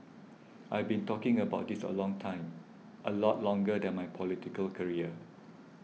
I've been talking about this a long time a lot longer than my political career